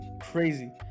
crazy